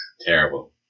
Terrible